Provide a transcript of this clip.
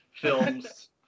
films